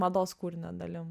mados kūrinio dalim